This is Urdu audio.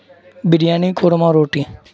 بریانی قورمہ روٹی